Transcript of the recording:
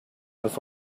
was